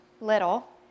little